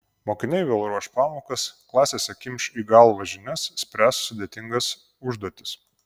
mokiniai vėl ruoš pamokas klasėse kimš į galvą žinias spręs sudėtingas užduotis